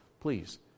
Please